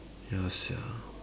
ya sia